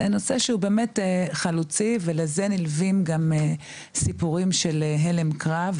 זה נושא שהוא באמת חלוצי ולזה נלווים גם סיפורים של הלם קרב,